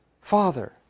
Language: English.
father